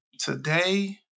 today